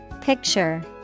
Picture